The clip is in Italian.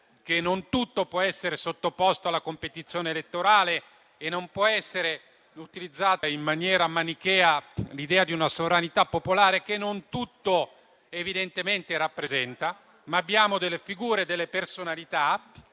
non tutto può essere sottoposto alla competizione elettorale e non può essere utilizzata in maniera manichea l'idea di una sovranità popolare che non tutto evidentemente rappresenta. Abbiamo delle figure, delle personalità